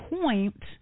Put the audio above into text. point